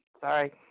Sorry